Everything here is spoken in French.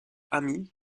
amis